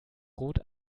rot